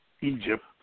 Egypt